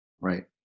Right